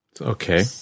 Okay